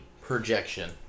projection